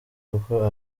kuko